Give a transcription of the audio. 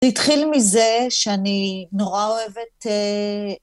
זה התחיל מזה שאני נורא אוהבת...